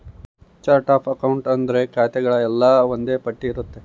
chart of account ಅಂದ್ರೆ ಖಾತೆಗಳು ಎಲ್ಲ ಒಂದ್ ಪಟ್ಟಿ ಇರುತ್ತೆ